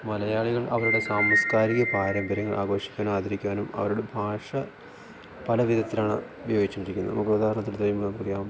മലയാളികൾ അവരുടെ സാംസ്കാരിക പാരമ്പര്യങ്ങൾ ആഘോഷിക്കാനും ആദരിക്കാനും അവരുടെ ഭാഷ പല വിധത്തിലാണ് ഉപയോഗിച്ചു കൊണ്ടിരിക്കുന്നത് നമുക്ക് ഒരു ഉദാഹരണത്തിന് പറയാം